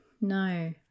No